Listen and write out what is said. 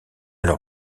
leur